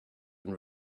and